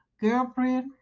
Girlfriend